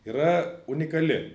yra unikali